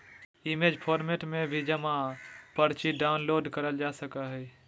image format में भी जमा पर्ची डाउनलोड करल जा सकय हय